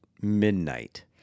midnight